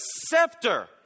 scepter